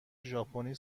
ژاپنی